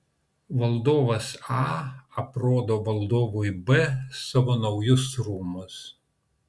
valdovas a aprodo valdovui b savo naujus rūmus